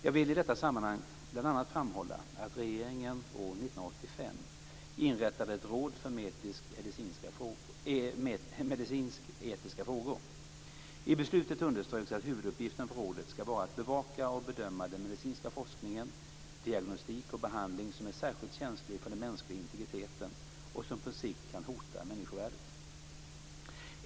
Jag vill i detta sammanhang bl.a. framhålla att regeringen år 1985 inrättade ett råd för medicinsketiska frågor. I beslutet understryks att huvuduppgiften för rådet skall vara att bevaka och bedöma den medicinska forskning, diagnostik och behandling som är särskilt känslig för den mänskliga integriteten och som på sikt kan hota människovärdet.